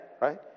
right